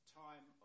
time